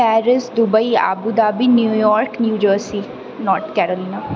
Paris Dubai Abu Dhabi New York New Jersey North Carolina